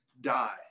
die